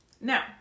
Now